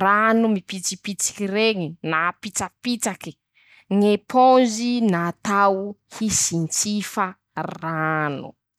rano mipitsipitsiky reñe na pitsapitsaky. ñy eponzy natao hisintsifa rano.